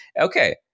Okay